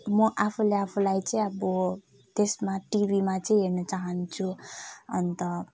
म आफूले आफूलाई चाहिँ अब त्यसमा टिभीमा चाहिँ हेर्नु चाहन्छु अन्त